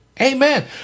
Amen